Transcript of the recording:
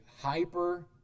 hyper